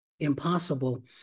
impossible